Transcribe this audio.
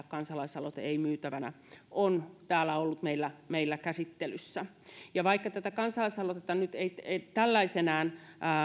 kansalaisaloite ei myytävänä on ollut täällä meillä käsittelyssä vaikka tätä kansalaisaloiteta nyt ei ei tällaisenaan